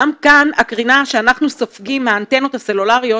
גם כאן הקרינה שאנחנו סופגים מהאנטנות הסלולריות